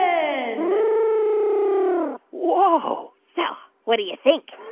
ah whoa so what do you think?